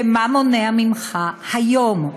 ומה מונע ממך היום?